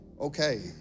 okay